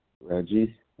Reggie